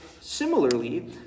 similarly